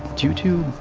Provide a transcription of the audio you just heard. due to.